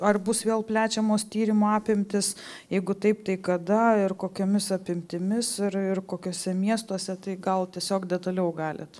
ar bus vėl plečiamos tyrimų apimtys jeigu taip tai kada ir kokiomis apimtimis ir ir kokiuose miestuose tai gal tiesiog detaliau galit